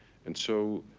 and so,